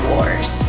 Wars